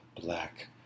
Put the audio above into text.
black